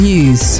News